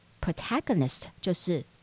Protagonist,就是